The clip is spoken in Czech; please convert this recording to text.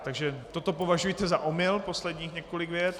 Takže toto považujte za omyl, posledních několik vět.